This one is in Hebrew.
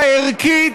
הערכית,